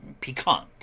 piquant